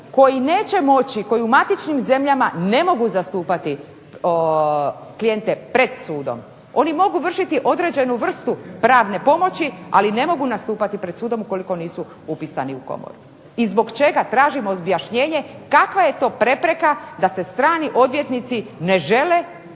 koji neće moći, koji u matičnim zemljama ne mogu zastupati klijente pred sudom. Oni mogu vršiti određenu vrstu pravne pomoći, ali ne mogu nastupati pred sudom ukoliko nisu upisani u Komoru. I zbog čega? Tražim objašnjenje kakva je to prepreka da se strani odvjetnici ne žele